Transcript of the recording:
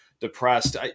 depressed